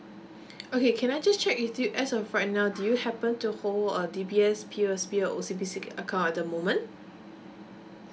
okay can I just check with you as of right now do you happen to hold a D_B_S P_O_S_B or O_C_B_C acc~ account at the moment